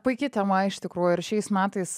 puiki tema iš tikrųjų ir šiais metais